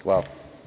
Hvala.